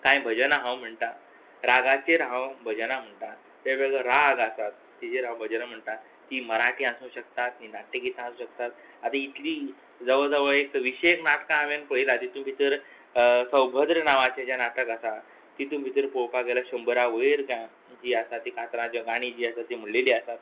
कांय भजनां हांव म्हणटां रागाचेर हांव भजनां म्हणटां वेगवेगळो राग आसा तेजेर हांव भजनां म्हणटां तीं मराठी आसूं शकता तीं नाट्यगितां आसूं शकतात आतां इतलीं जवळ जवळ एक विशेक नाटकां हांवें पळयलां तितू भितर सौभद्र नांवांचें जें नाटक आसा तितू भितर पळोपाक गेल्यार शंबरा वयर गा जीं आसा तीं कातरां किंवां गाणीं जीं आसा तीं म्हणलेलीं आसा